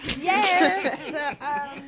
Yes